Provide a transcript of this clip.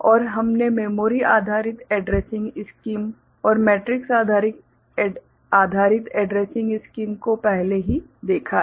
और हमने मेमोरी आधारित एड्रेसिंग स्कीम और मैट्रिक्स आधारित एड्रेसिंग स्कीम को पहले ही देखा है